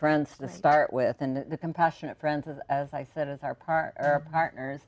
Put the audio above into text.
friends to start with and the compassionate friends as i said as our partner partners